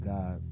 God